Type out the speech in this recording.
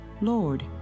Lord